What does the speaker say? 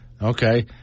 Okay